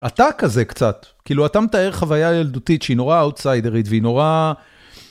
אתה כזה קצת, כאילו אתה מתאר חוויה ילדותית שהיא נורא אאוטסיידרית והיא נורא...